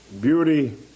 beauty